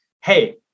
Hey